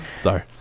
sorry